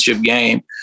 game